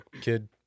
kid